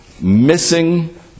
missing